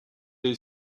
est